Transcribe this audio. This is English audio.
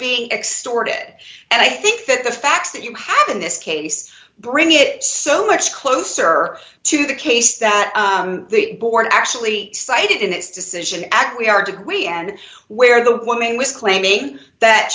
being extorted and i think that the facts that you have in this case bring it so much closer to the case that the board actually cited in its decision act we are to we end where the woman was claiming that